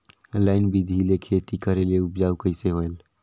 Line बिधी ले खेती करेले उपजाऊ कइसे होयल?